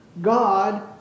God